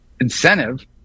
incentive